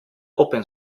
open